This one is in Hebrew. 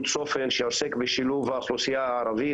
"צופן" שעוסק בשילוב האוכלוסייה הערבית,